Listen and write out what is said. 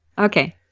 Okay